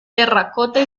terracota